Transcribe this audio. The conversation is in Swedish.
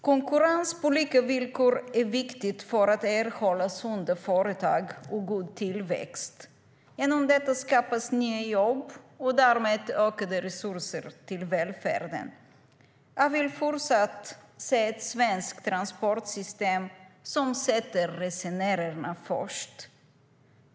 Konkurrens på lika villkor är viktigt för att erhålla sunda företag och god tillväxt. Genom detta skapas nya jobb och därmed ökade resurser till välfärden. Jag vill fortsatt se ett svensk transportsystem som sätter resenärerna först.